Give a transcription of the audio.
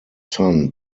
son